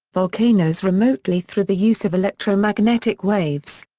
volcanoes remotely through the use of electromagnetic waves.